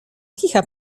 kicha